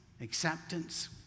acceptance